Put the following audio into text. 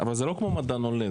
אבל זה לא כמו מדען עולה,